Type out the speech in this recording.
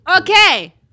Okay